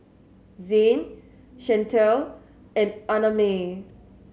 Zayne Chantal and Annamae